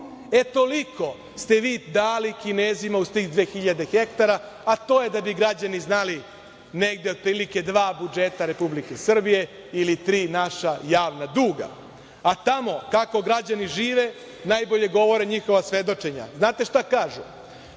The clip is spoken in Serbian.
Toliko ste vi dali Kinezima uz tih 2.000 hektara, a to je, da bi građani znali, otprilike dva budžeta Republike Srbije ili tri naša javna duga. Tamo kako građani žive najbolje govore njihova svedočenja. Znate li šta kažu?